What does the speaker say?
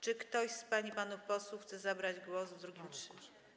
Czy ktoś z pań i panów posłów chce zabrać głos w drugim czytaniu?